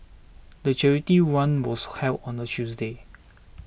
the charity run was held on a Tuesday